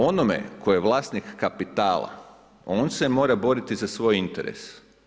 Onome tko je vlasnik kapitala, on se mora boriti za svoj interes.